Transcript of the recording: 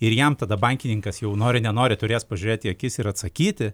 ir jam tada bankininkas jau nori nenori turės pažiūrėt į akis ir atsakyti